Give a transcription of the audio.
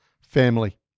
family